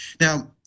Now